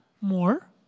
more